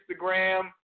Instagram